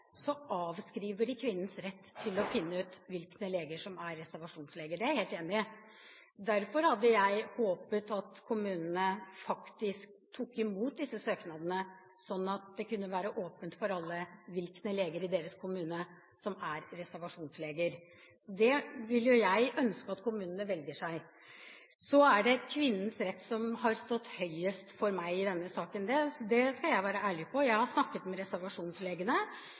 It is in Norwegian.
avskriver de kvinnens rett til å finne ut hvilke leger som er reservasjonsleger. Det er jeg helt enig i. Derfor hadde jeg håpet at kommunene faktisk tok imot disse søknadene, slik at det kunne være åpent for alle hvilke leger i deres kommune som er reservasjonsleger. Det ønsker jeg at kommunene velger. Det er kvinnens rett som har stått høyest for meg i denne saken. Det skal jeg være ærlig på. Jeg har snakket med reservasjonslegene,